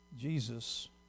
Jesus